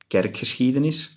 kerkgeschiedenis